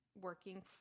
working